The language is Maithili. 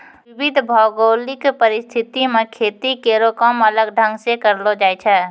विविध भौगोलिक परिस्थिति म खेती केरो काम अलग ढंग सें करलो जाय छै